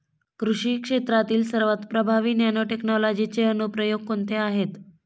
कृषी क्षेत्रातील सर्वात प्रभावी नॅनोटेक्नॉलॉजीचे अनुप्रयोग कोणते आहेत?